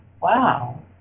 wow